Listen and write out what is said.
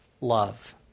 love